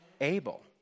Abel